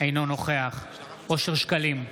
אינו נוכח אושר שקלים,